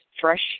fresh